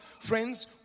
friends